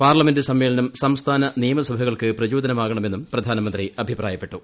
parliament സമ്മേളനം സംസ്ഥാന നിയമസഭകൾക്ക് പ്രചോദനമാകണമെന്നും പ്രധാനമന്ത്രി അഭിപ്രായപ്പെട്ടു